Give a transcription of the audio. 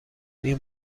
این